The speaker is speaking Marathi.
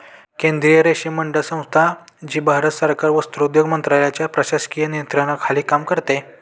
केंद्रीय रेशीम मंडळ संस्था, जी भारत सरकार वस्त्रोद्योग मंत्रालयाच्या प्रशासकीय नियंत्रणाखाली काम करते